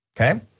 Okay